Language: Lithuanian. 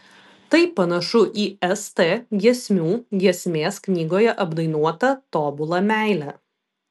tai panašu į st giesmių giesmės knygoje apdainuotą tobulą meilę